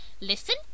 Listen